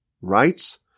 rights